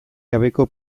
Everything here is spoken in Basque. gabeko